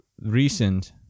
recent